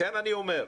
לכן אני אומר,